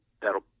That'll